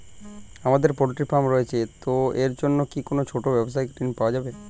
আমার poultry farm রয়েছে তো এর জন্য কি কোনো ছোটো ব্যাবসায়িক ঋণ পাওয়া যাবে?